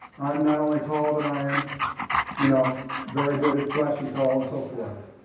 i'm not only tall but i am you know very good at flashy tall and so forth.